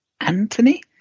Anthony